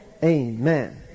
Amen